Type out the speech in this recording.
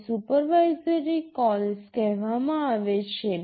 આને supervisory calls કહેવામાં આવે છે